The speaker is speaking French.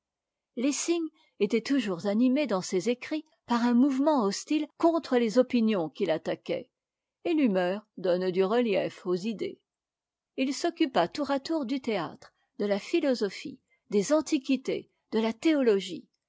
lessing était toujours animé dans ses écrits par un mouvement hostile contre les opinions qu'il attaquait et l'humeur donne du relief aux idées il s'occupa tour à tour du théâtre de la philosophie des antiquités de la théologie